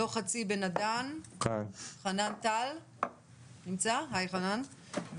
חשוב להבין שכל הקצבאות האלה וכל המענקים הללו